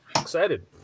excited